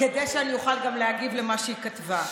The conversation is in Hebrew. כדי שאני אוכל גם להגיב על מה שהיא כתבה.